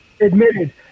admitted